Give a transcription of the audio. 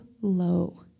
low